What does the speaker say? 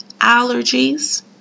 allergies